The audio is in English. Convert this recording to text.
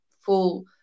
full